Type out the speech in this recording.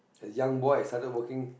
a young boy started working